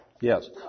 Yes